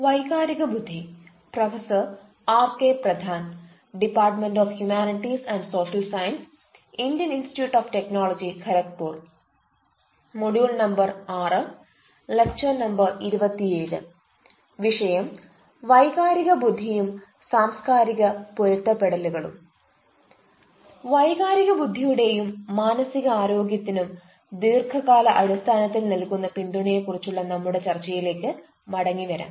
വൈകാരിക ബുദ്ധിയും സാംസ്കാരിക പൊരുത്തപ്പെടലുകളും വൈകാരിക ബുദ്ധിയുടെയും മാനസിക ആരോഗ്യത്തിനും ദീർഘകാല അടിസ്ഥാനത്തിൽ നൽകുന്ന പിന്തുണയെ കുറിച്ചുള്ള നമ്മുടെ ചർച്ചയിലേക്ക് മടങ്ങി വരാം